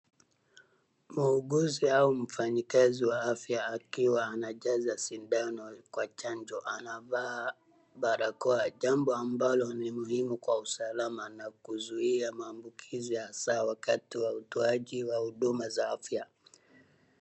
Muuguzi au mfanyakazi wa afya akiwa anajaza sindano kwa chanjo. Anavaa barakoa, jambo ambalo ni muhimu kwa usalama na kuzuia maambukizi hasa wakati wa utoaji wa huduma za afya.